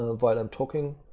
while i'm talking.